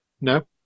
no